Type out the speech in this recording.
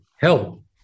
help